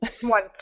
One